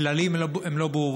הכללים לא ברורים.